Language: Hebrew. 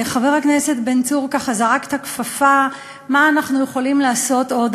חבר הכנסת בן צור ככה זרק את הכפפה: מה אנחנו יכולים לעשות עוד.